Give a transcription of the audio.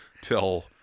till